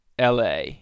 LA